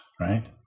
right